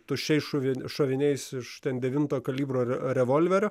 tuščiais šoviniais šoviniais iš devinto kalibro revolverio